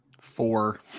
Four